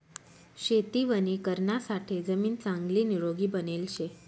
शेती वणीकरणासाठे जमीन चांगली निरोगी बनेल शे